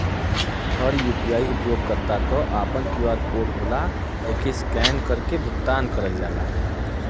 हर UPI उपयोगकर्ता क आपन क्यू.आर कोड होला एके स्कैन करके भुगतान करल जाला